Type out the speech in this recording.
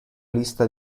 lista